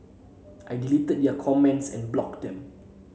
I deleted their comments and blocked them